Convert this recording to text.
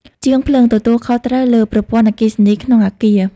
ជាងភ្លើងទទួលខុសត្រូវលើប្រព័ន្ធអគ្គិសនីក្នុងអគារ។